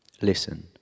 listen